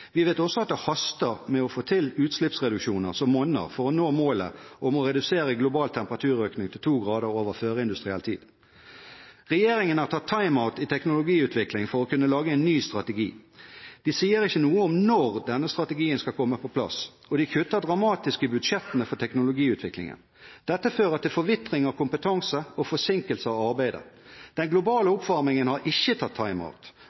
Vi vet også at det haster med å få til utslippsreduksjoner som monner for å nå målet om å redusere global temperaturøkning til to grader over førindustriell tid. Regjeringen har tatt «time out» i teknologiutvikling for å kunne lage en ny strategi. De sier ikke noe om når denne strategien skal komme på plass, og de kutter dramatisk i budsjettene for teknologiutviklingen. Dette fører til forvitring av kompetanse og forsinkelse av arbeidet. Den globale oppvarmingen har ikke tatt